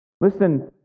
Listen